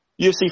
UFC